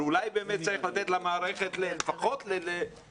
אבל אולי באמת צריך לתת למערכת לפחות להתחיל.